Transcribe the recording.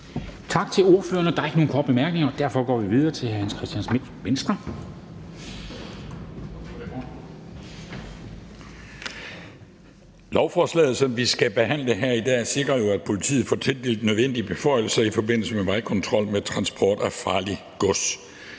til ordføreren. Der er ikke nogen korte bemærkninger, og derfor går vi videre til hr. Hans Christian Schmidt, Venstre. Kl. 10:03 (Ordfører) Hans Christian Schmidt (V): Lovforslaget, som vi skal behandle her i dag, sikrer jo, at politiet får tildelt nødvendige beføjelser i forbindelse med vejkontrol af transport med farligt gods.